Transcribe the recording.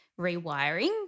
rewiring